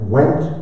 went